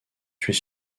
tuer